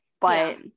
but-